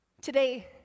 today